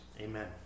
Amen